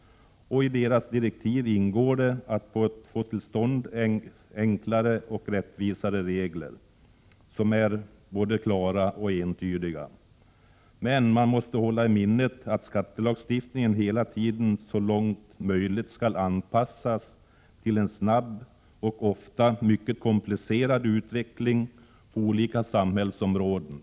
I deras direktiv ingår att försöka få till stånd enklare och rättvisare regler, som också är klara och entydiga. Men det gäller att hålla i minnet att skattelagstiftningen alltid så långt möjligt skall anpassas till en snabb och ofta mycket komplicerad utveckling på olika samhällsområden.